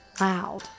loud